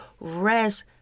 rest